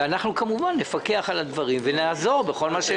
ואנחנו כמובן נפקח על הדברים ונעזור בכל מה שאפשר.